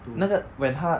那个 when 他